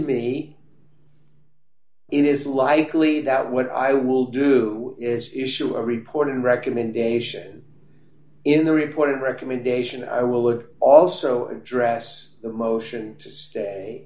me it is likely that what i will do is issue a report and recommendation in the report a recommendation i would also address the motion to stay